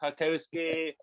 Kakowski